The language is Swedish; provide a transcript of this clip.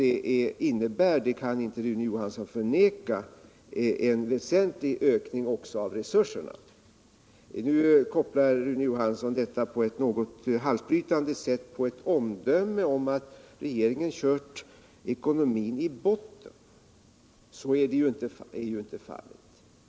Det innebär, vilket Rune Johansson inte kan förneka, en väsentlig ökning av resurserna. Nu kopplar Rune Johansson detta på ett något halsbrytande sätt till ett omdöme om att regeringen har kört ekonomin i botten. Så är inte fallet.